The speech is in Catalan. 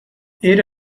era